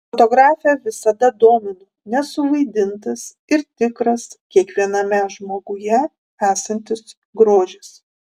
fotografę visada domino nesuvaidintas ir tikras kiekviename žmoguje esantis grožis